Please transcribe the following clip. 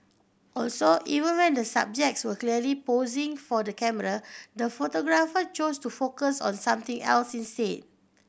also even when the subjects were clearly posing for the camera the photographer chose to focus on something else instead